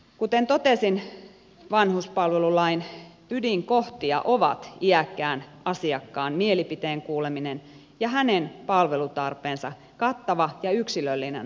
kuten totesin vanhuspalvelulain ydinkohtia ovat iäkkään asiakkaan mielipiteen kuuleminen ja hänen palvelutarpeensa kattava ja yksilöllinen arviointi